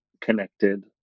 connected